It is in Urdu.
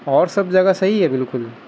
اور سب جگہ صحیح ہے بالکل